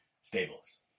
stables